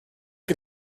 can